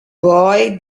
boy